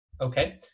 Okay